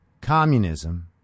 communism